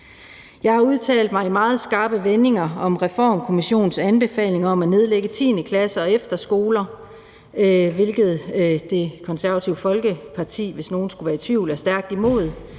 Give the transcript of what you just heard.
Jeg har udtalt mig i meget skarpe vendinger om Reformkommissionens anbefaling om at nedlægge 10. klasse og efterskoler, hvilket Det Konservative Folkeparti, hvis nogen skulle være i tvivl, er stærkt imod.